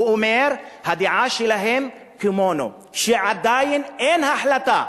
הוא אומר: הדעה שלהם כמונו, שעדיין אין החלטה